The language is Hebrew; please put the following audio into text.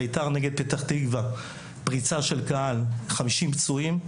בית"ר נגד פתח-תקווה היה פריצה של קהל עם 50 פצועים,